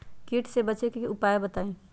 कीट से बचे के की उपाय हैं बताई?